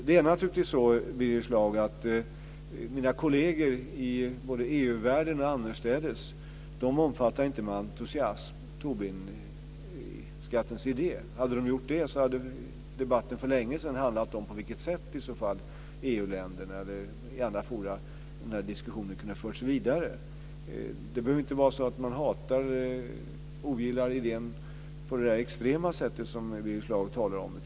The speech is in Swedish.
Det är naturligtvis så, Birger Schlaug, att mina kolleger både i EU-världen och annorstädes inte med entusiasm omfattar Tobinskattens idé. Hade de gjort det hade debatten för längesedan handlat om på vilket sätt EU-länderna, eller länder i andra forum, kunde föra vidare diskussionen. Det behöver inte vara så att man ogillar idén på det där extrema sättet som Birger Schlaug talar om.